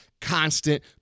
constant